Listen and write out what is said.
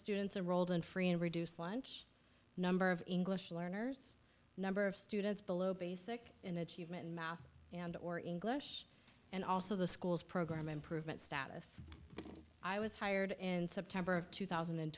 students enrolled in free and reduced lunch number of english learners number of students below basic in achievement in math and or english and also the school's program improvement status i was hired in september of two thousand and